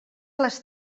les